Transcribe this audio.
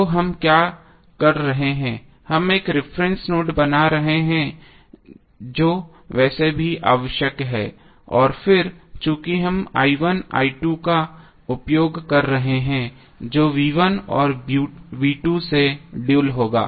तो हम क्या कर रहे हैं हम एक रिफरेन्स नोड बना रहे हैं जो वैसे भी आवश्यक है और फिर चूंकि हम का उपयोग कर रहे हैं जो और से ड्यूल होगा